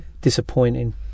disappointing